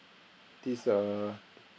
this err